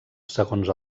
segons